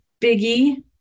biggie